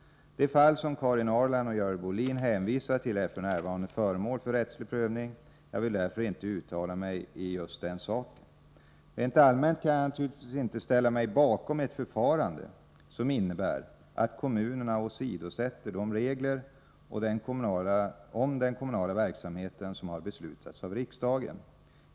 Det fall som Karin Ahrland och Görel Bohlin hänvisar till är f. n. föremål för rättslig prövning. Jag vill därför inte uttala mig i just den saken. Rent allmänt kan jag naturligtvis inte ställa mig bakom ett förfarande som innebär att kommunerna åsidosätter de regler om den kommunala verksamheten som har beslutats av riksdagen.